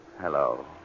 Hello